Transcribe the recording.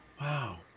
Wow